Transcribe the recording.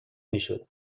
میشد